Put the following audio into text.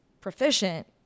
proficient